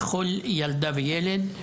לכל ילדה וילד,